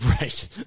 right